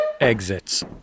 Exits